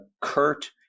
Kurt